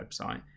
website